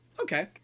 Okay